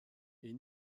est